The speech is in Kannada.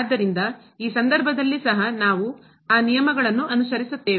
ಆದ್ದರಿಂದ ಈ ಸಂದರ್ಭದಲ್ಲಿ ಸಹ ನಾವು ಆ ನಿಯಮಗಳನ್ನು ಅನುಸರಿಸುತ್ತೇವೆ